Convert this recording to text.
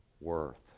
worth